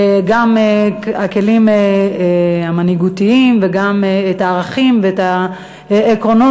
גם את הכלים המנהיגותיים וגם את הערכים ואת העקרונות